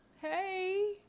Hey